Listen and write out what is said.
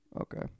Okay